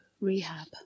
rehab